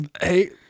hey